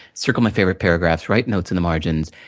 circle my favorite paragraphs, write notes in the margins,